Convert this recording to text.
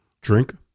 Drink